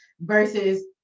versus